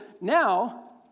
now